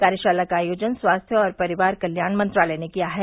कार्यशाला का आयोजन स्वास्थ्य और परिवार कल्याण मंत्रालय ने किया है